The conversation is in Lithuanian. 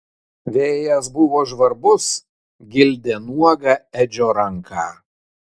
vėjas buvo žvarbus gildė nuogą edžio ranką